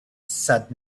said